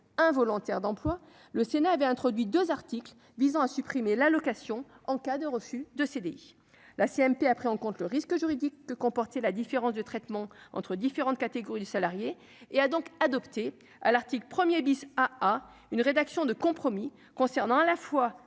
involontaire d'emploi Le Sénat avait introduit 2 articles visant à supprimer l'allocation en cas de refus de CDI, la CMP a pris en compte le risque juridique que comporter la différence de traitement entre différentes catégories de salariés, et a donc adopté à l'article 1er bis à à une rédaction de compromis concernant à la fois